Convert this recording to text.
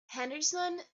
henderson